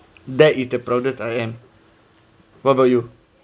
that is the proudest I am what about you